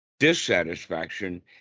Dissatisfaction